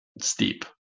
steep